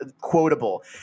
quotable